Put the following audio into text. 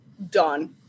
done